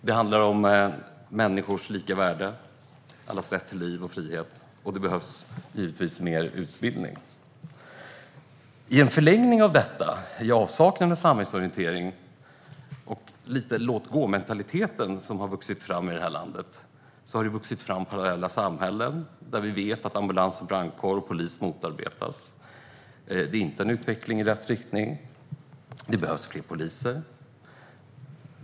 Det handlar om människors lika värde och allas rätt till liv och frihet. Det behövs givetvis mer utbildning. I avsaknad av samhällsorientering och genom att en låt-gå-mentalitet vuxit fram i landet har det vuxit fram parallella samhällen där vi vet att ambulans, brandkår och polis motarbetas. Det är inte en utveckling i rätt riktning. Det behövs fler poliser.